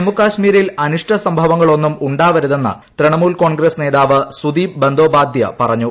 ജമ്മു കാശ്മീരിൽ അനിഷ്ട സംഭവങ്ങളൊന്നും ഉണ്ടാവരുതെന്ന് തൃണമൂൽ കോൺഗ്രസ് നേതാവ് സുധീപ് ബന്ദോപാദ്യ പറഞ്ഞു